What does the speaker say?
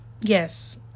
yes